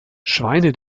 schweine